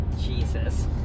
Jesus